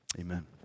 Amen